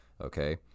okay